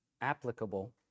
applicable